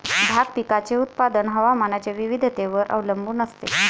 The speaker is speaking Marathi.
भाग पिकाचे उत्पादन हवामानाच्या विविधतेवर अवलंबून असते